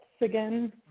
again